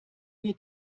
wir